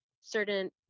certain